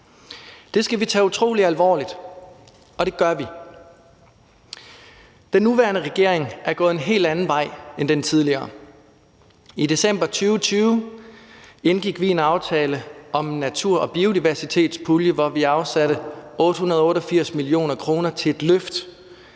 Det skal vi tage utrolig alvorligt, og det gør vi. Den nuværende regering er gået en helt anden vej end den tidligere. I december 2020 indgik vi sammen med De Radikale, SF, Enhedslisten og Alternativet en